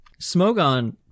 Smogon